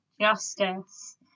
justice